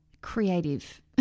Creative